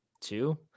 Two